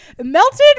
melted